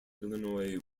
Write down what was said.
illinois